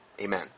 Amen